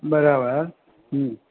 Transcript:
બરાબર હં